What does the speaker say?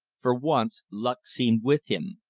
for once luck seemed with him.